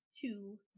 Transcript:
two